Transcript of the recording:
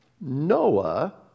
Noah